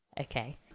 Okay